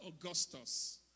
Augustus